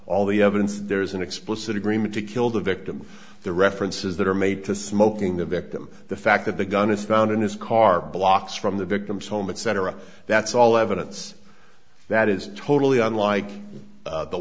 all the evidence there is an explicit agreement to kill the victim the references that are made to smoking the victim the fact that the gun is found in his car blocks from the victim's home etc that's all evidence that is totally unlike